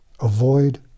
avoid